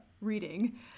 reading